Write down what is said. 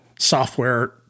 Software